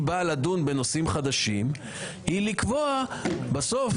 באה לדון בנושאים חדשים היא לקבוע בסוף,